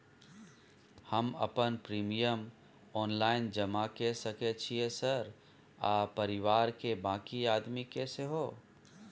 हम अपन premium online जमा के सके छियै सर आ परिवार के बाँकी आदमी के सेहो?